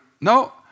No